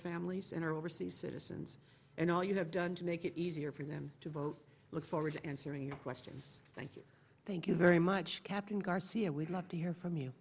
families and our overseas citizens and all you have done to make it easier for them to vote look forward to answering your question thank you thank you very much captain garcia we'd love to hear from you